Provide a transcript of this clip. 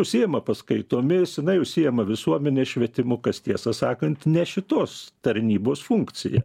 užsiima paskaitomis jinai užsiima visuomenės švietimu kas tiesą sakant ne šitos tarnybos funkcija